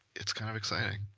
it's kind of exciting.